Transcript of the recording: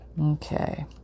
okay